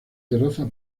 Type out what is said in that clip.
terraza